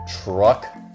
truck